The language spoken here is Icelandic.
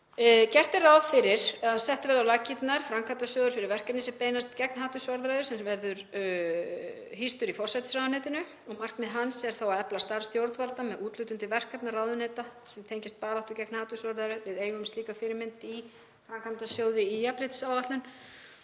Gert er ráð fyrir að settur verði á laggirnar framkvæmdasjóður fyrir verkefni sem beinast gegn hatursorðræðu sem verður hýstur í forsætisráðuneytinu. Markmið hans er að efla starf stjórnvalda með úthlutun til verkefna ráðuneyta sem tengjast baráttu gegn hatursorðræðu. Við eigum slíka fyrirmynd í framkvæmdasjóði í jafnréttisáætlun